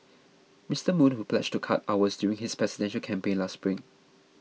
Mister Moon who pledged to cut hours during his presidential campaign last spring